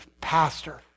pastor